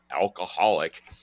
alcoholic